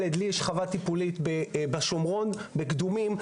לי יש חווה טיפולית בקדומים שבשומרון,